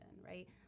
right